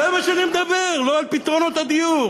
זה מה שאני מדבר, לא על פתרונות הדיור.